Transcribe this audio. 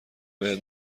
بهت